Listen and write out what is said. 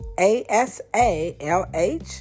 A-S-A-L-H